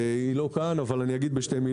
היא לא כאן אבל אני אגיד בקצרה: